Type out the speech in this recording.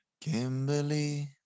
Kimberly